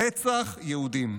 רצח יהודים.